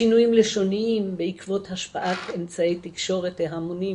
שינויים לשוניים בעקבות השפעת אמצעי תקשורת המונים